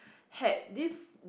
had this